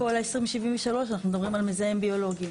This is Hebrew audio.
כל ה-2073 אנחנו מדברים על מזהם ביולוגי.